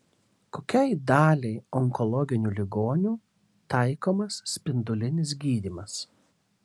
kokiai daliai onkologinių ligonių taikomas spindulinis gydymas